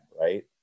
right